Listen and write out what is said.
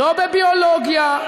לא בביולוגיה,